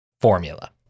formula